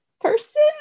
person